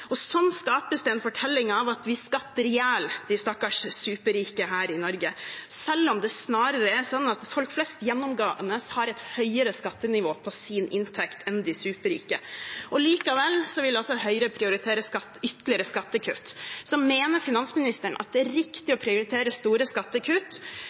Sånn skapes det en fortelling av at vi skatter i hjel de stakkars superrike her i Norge, selv om det snarere er sånn at folk flest gjennomgående har et høyere skattenivå på sin inntekt enn de superrike. Likevel vil altså Høyre prioritere ytterligere skattekutt. Mener finansministeren at det er riktig